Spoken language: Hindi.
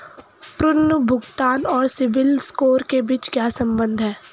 पुनर्भुगतान और सिबिल स्कोर के बीच क्या संबंध है?